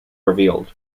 revealed